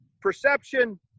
perception